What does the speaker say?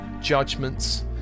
judgments